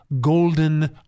golden